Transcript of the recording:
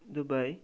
Dubai